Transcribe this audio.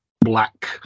black